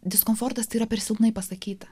diskomfortą tai yra per silpnai pasakyta